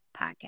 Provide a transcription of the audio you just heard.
podcast